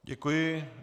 Děkuji.